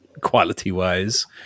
quality-wise